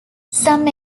some